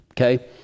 Okay